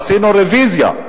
עשינו רוויזיה.